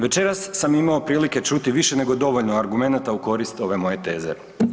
Večeras sam imao prilike čuti više nego dovoljno argumenata u korist ove moje teze.